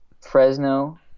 fresno